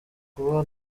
kuba